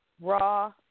raw